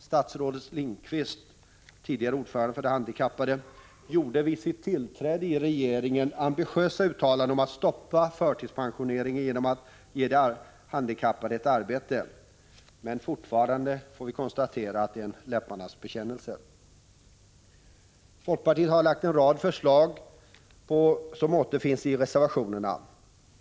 Statsrådet Lindqvist, tidigare ordförande för de handikappade, gjorde vid sitt tillträde i regeringen ambitiösa uttalanden om att stoppa förtidspensioneringen genom att ge de handikappade ett arbete. Men fortfarande får vi konstatera att det är en läpparnas bekännelse. Folkpartiet har lagt fram en rad förslag som återfinns i reservationerna.